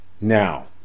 Now